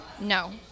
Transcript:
No